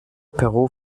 peru